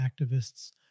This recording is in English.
activists